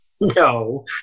No